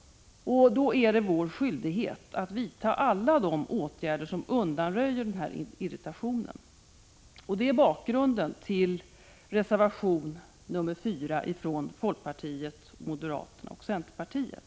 Det är vår skyldighet att vidta alla åtgärder som undanröjer denna irritation. Det är bakgrunden till reservation nr 4 från folkpartiet, moderaterna och centerpartiet.